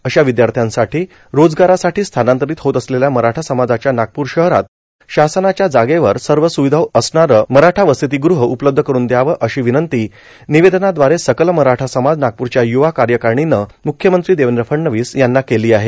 अशा ववदयाथ्यासाठीं रोजगारासाठी स्थानांर्तारत होत असलेल्या मराठा समाजांच्या नागपूर शहरात शासनाच्या जागेवर सव र्स्रावधा असणार मराठा वसतीगृह उपलब्ध करुन दयाव अशी र्वनंती र्ननवेदनादवारे सकल मराठा समाज नागपूरच्या युवा कायकरणीन मुख्यमंत्री देवद्र फडणवीस यांना केला आहे